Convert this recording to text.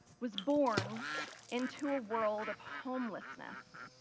was born into a world of homelessness.